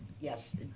Yes